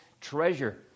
treasure